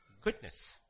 Goodness